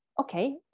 okay